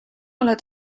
oled